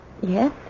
Yes